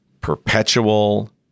perpetual